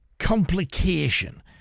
complication